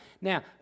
Now